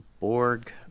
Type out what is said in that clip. Borg